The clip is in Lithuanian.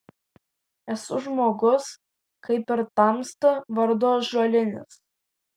esu žmogus kaip ir tamsta vardu ąžuolinis